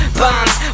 bombs